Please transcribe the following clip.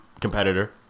competitor